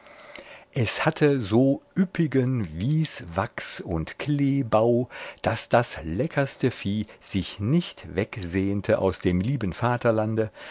es hatte so üppigen wieswachs und kleebau daß das leckerste vieh sich nicht wegsehnte aus dem lieben vaterlande